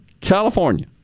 California